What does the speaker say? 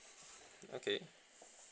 okay